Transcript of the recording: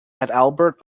adalbert